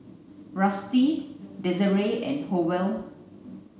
Rusty Desirae and Howell